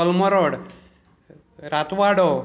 Colmorod Ratwado